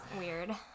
weird